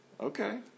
okay